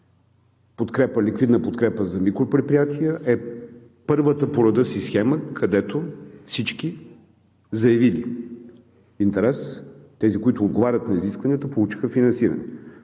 Ликвидна подкрепа за микропредприятия, е първата по рода си схема, където всички заявили интерес, тези, които отговарят на изискванията, получиха финансиране.